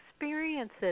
experiences